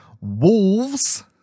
Wolves